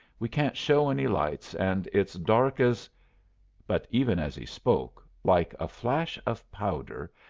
we can't show any lights, and it's dark as but, even as he spoke, like a flash of powder,